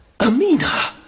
Amina